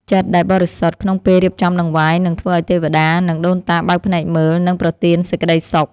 ចិត្តដែលបរិសុទ្ធក្នុងពេលរៀបចំដង្វាយនឹងធ្វើឱ្យទេវតា និងដូនតាបើកភ្នែកមើល និងប្រទានសេចក្តីសុខ។